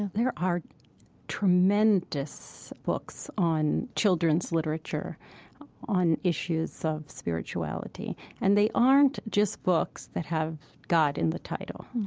there are tremendous books on children's literature on issues of spirituality, and they aren't just books that have god in the title.